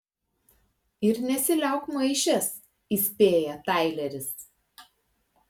ir nesiliauk maišęs įspėja taileris